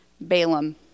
Balaam